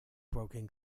broken